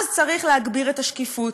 אז צריך להגביר את השקיפות.